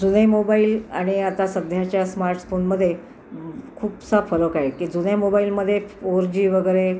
जुने मोबाईल आणि आता सध्याच्या स्मार्ट्स फोनमध्ये खूपसा फरक आहे की जुन्या मोबाईलमध्ये फोर जी वगैरे